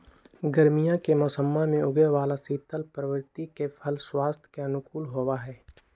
गर्मीया के मौसम्मा में उगे वाला शीतल प्रवृत्ति के फल स्वास्थ्य के अनुकूल होबा हई